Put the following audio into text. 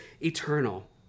eternal